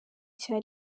cya